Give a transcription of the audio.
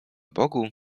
bogu